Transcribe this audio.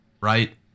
right